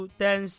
ten